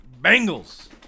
Bengals